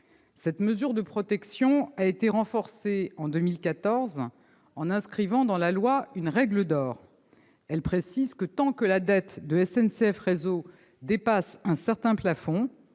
Cette mesure de protection a été renforcée en 2014 par l'inscription dans la loi d'une « règle d'or ». Elle précise que, tant que la dette de SNCF Réseau dépasse un certain plafond,